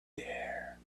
there